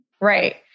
Right